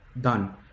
done